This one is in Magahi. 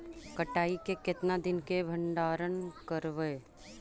कटाई के कितना दिन मे भंडारन करबय?